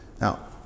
Now